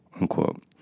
unquote